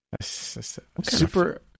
Super